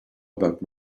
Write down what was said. about